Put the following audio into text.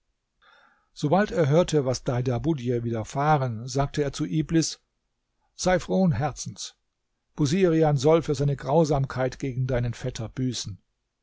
sobald er hörte was deidabudj widerfahren sagte er zu iblis sei frohen herzens busirian soll für seine grausamkeit gegen deinen vetter büßen